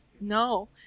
no